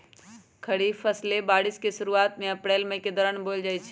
खरीफ फसलें बारिश के शुरूवात में अप्रैल मई के दौरान बोयल जाई छई